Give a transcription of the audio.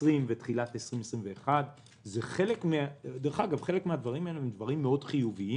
ותחילת 2021. חלק מהדברים האלה הם מאוד חיוביים,